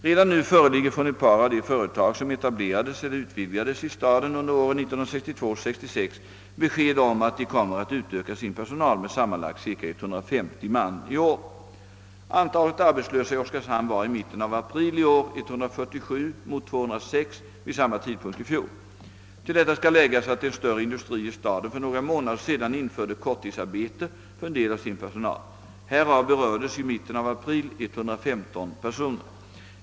Redan nu föreligger från ett par av de företag, som etablerades eller utvidgades i staden under åren 1962—1966, besked om att de kommer att utöka sin personal med sammanlagt cirka 150 man i år. Antalet arbetslösa i Oskarshamn var i mitten av april i år 147 mot 206 vid samma tidpunkt i fjol. Till detta skall läggas att en större industri i staden för några månader sedan införde korttidsarbete för en del av sin personal. Härav berördes i mitten av april 115 personer.